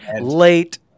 late